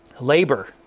Labor